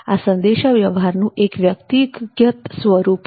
આ સંદેશા વ્યવહારનું એક વ્યક્તિ સ્વરૂપ છે